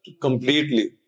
completely